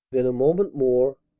then a moment more,